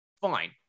Fine